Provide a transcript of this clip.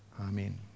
Amen